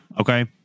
Okay